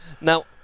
Now